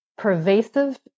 pervasive